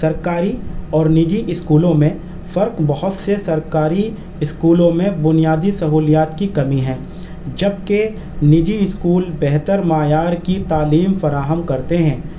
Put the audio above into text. سرکاری اور نجی اسکولوں میں فرق بہت سے سرکاری اسکولوں میں بنیادی سہولیات کی کمی ہے جب کہ نجی اسکول بہتر معیار کی تعلیم فراہم کرتے ہیں